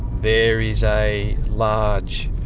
there is a large